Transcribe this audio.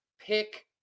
pick